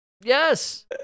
Yes